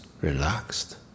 relaxed